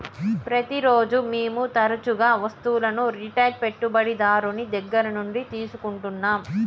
ప్రతిరోజు మేము తరచుగా వస్తువులను రిటైల్ పెట్టుబడిదారుని దగ్గర నుండి తీసుకుంటాం